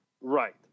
Right